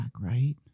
right